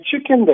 chicken